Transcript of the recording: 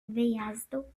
wyjazdu